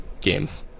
games